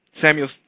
Samuel